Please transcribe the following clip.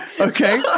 Okay